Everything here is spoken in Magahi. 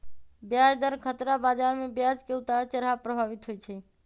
ब्याज दर खतरा बजार में ब्याज के उतार चढ़ाव प्रभावित होइ छइ